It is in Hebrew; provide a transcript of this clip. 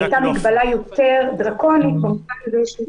היא הייתה מגבלה יותר דרקונית במובן הזה שהיא